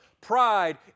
pride